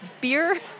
beer